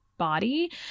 body